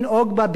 לא דתית,